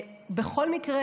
בכל מקרה,